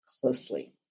closely